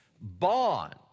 Bond